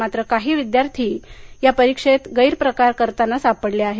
मात्र काही विद्यार्थी ऑनलाइन परीक्षेत गैरप्रकार करताना सापडले आहेत